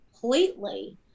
completely